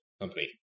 company